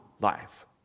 life